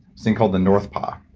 thing called the north pole.